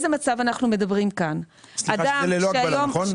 זה ללא הגבלה, נכון?